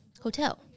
hotel